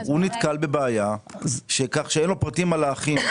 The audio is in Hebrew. הוא נתקל בבעיה, כך שאין לו פרטים על האחים.